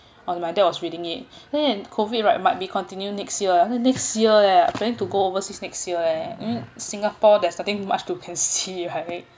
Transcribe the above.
and my dad was reading it then and COVID right might be continue next year next year leh I planning to go overseas next year eh I mean singapore there's nothing much to can see right